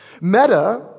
Meta